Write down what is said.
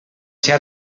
ser